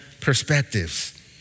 perspectives